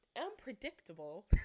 unpredictable